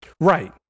Right